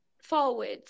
forwards